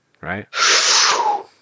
Right